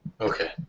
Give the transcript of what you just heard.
Okay